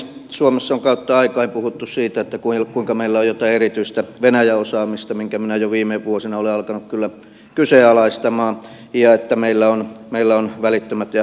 suomessa on kautta aikain puhuttu siitä kuinka meillä on jotain erityistä venäjä osaamista minkä minä jo viime vuosina olen alkanut kyllä kyseenalaistamaan ja kuinka meillä on välittömät ja mutkattomat suhteet